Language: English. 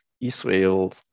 Israel